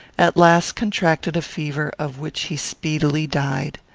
at last contracted a fever of which he speedily died.